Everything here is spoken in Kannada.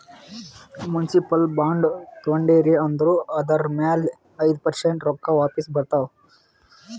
ಮುನ್ಸಿಪಲ್ ಬಾಂಡ್ ತೊಂಡಿರಿ ಅಂದುರ್ ಅದುರ್ ಮ್ಯಾಲ ಐಯ್ದ ಪರ್ಸೆಂಟ್ ರೊಕ್ಕಾ ವಾಪಿಸ್ ಬರ್ತಾವ್